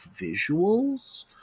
visuals